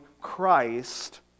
Christ